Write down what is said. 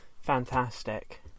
fantastic